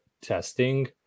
testing